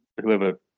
Whoever